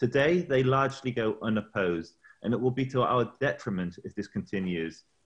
ביוטיוב ואין הרבה קולות שמאתגרים ופועלים נגד המידע שהם מפיצים.